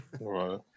right